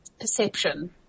perception